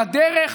לדרך,